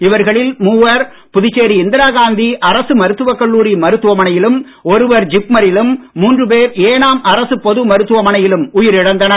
இவர்களில் மூவர் புதுச்சேரி இந்திரா காந்தி அரசு மருத்துவ கல்லூரி மருத்துவ மனையிலும் ஒருவர் ஜிப்மரிலும் மூன்று பேர் ஏனாம் அரசுப் பொது மருத்துவ மனையிலும் உயிரிழந்தனர்